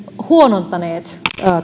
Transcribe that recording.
huonontaneet